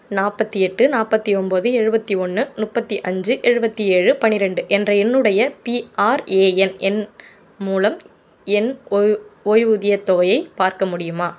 நாற்பத்தி எட்டு நாற்பத்தி ஒம்பது எழுபத்தி ஒன்று முப்பத்தி அஞ்சு எழுபத்தி ஏழு பன்னிரண்டு என்ற என்னுடைய பிஆர்ஏஎன் எண் மூலம் என் ஓ ஓய்வூதியத் தொகையை பார்க்க முடியுமா